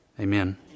Amen